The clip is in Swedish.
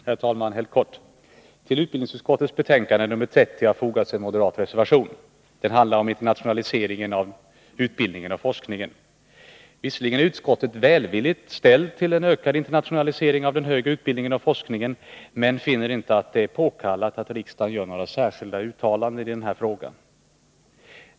Herr talman! Jag vill helt kort säga följande. Till utbildningsutskottets betänkande nr 30 har fogats en moderat reservation. Den handlar om internationaliseringen av utbildningen och forskningen. Visserligen är utskottet välvilligt ställt till en ökad internationalisering av den högre utbildningen och forskningen, men finner det inte påkallat att riksdagen gör några särskilda uttalanden i den frågan.